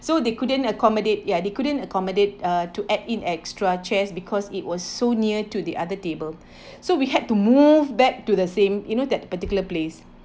so they couldn't accommodate ya they couldn't accommodate uh to add in extra chairs because it was so near to the other table so we had to move back to the same you know that particular place